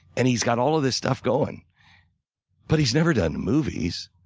and he's got all of this stuff going but he's never done movies.